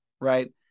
right